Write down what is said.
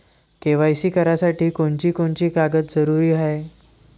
KYC करासाठी कोनची कोनची कागद जरुरी हाय?